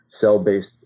cell-based